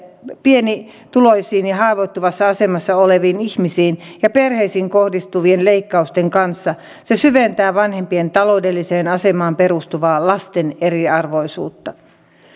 pienituloisiin ja haavoittuvassa asemassa oleviin ihmisiin ja perheisiin kohdistuvien leikkausten kanssa se syventää vanhempien taloudelliseen asemaan perustuvaa lasten eriarvoisuutta